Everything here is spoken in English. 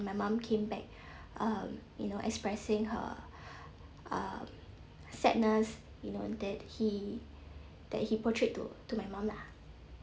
my mum came back uh you know expressing her uh sadness you know that he that he portrayed to to my mum lah